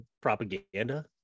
propaganda